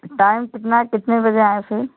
time कितना कितने बजे आएँ फ़िर